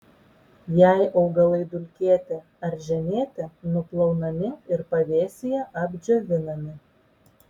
jei augalai dulkėti arba žemėti nuplaunami ir pavėsyje apdžiovinami